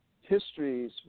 histories